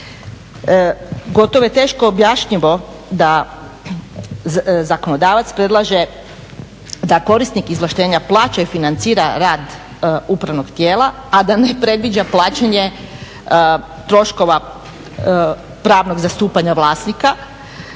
gotovo je teško objašnjivo da zakonodavac predlaže da korisnik izvlaštenja plaća i financira rad upravnog tijela, a da ne predviđa plaćanje troškova pravnog zastupanja vlasnika